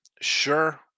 Sure